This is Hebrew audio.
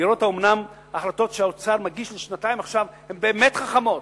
לראות האומנם החלטות שהאוצר מגיש לשנתיים עכשיו הן באמת חכמות.